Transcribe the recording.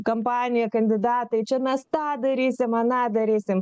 kampaniją kandidatai čia mes tą darysim aną darysim